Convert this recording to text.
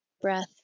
Breath